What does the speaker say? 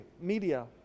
media